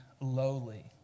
lowly